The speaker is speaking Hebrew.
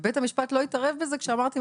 ובית המשפט לא התערב בזה כשאמרתם,